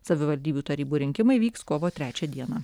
savivaldybių tarybų rinkimai vyks kovo trečią dieną